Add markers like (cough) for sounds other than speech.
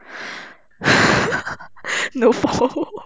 (laughs) no (laughs)